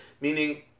Meaning